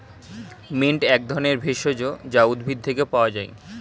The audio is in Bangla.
মিন্ট এক ধরনের ভেষজ যা উদ্ভিদ থেকে পাওয় যায়